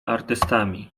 artystami